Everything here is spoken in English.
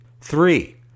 Three